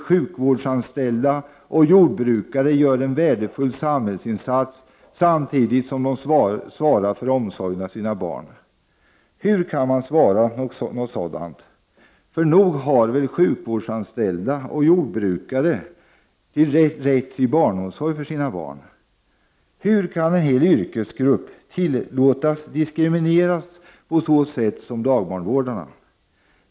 sjukvårdsanställda och jordbrukare gör värdefulla samhällsinsatser samtidigt som de svarar för omsorgen om sina egna barn”. Hur kan man svara något sådant? För nog har väl sjukvårdsanställda och jordbrukare rätt till barnomsorg för sina barn? Hur kan en hel yrkesgrupp tillåtas diskrimineras på det sätt som sker med dagbarnvårdarna?